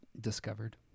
discovered